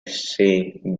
saying